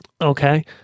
Okay